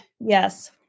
Yes